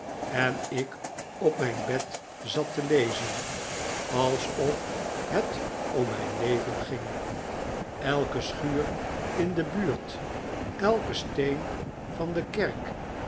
en ik op mijn bed zat te lezen alsof het om mijn leven ging elke schuur in de buurt elke steen van de kerk